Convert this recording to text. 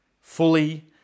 fully